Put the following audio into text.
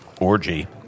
orgy